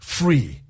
free